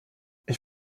ich